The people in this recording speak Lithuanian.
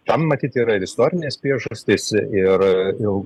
tam matyt yra ir istorinės priežastys ir jau